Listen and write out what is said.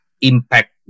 impact